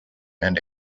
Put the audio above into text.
and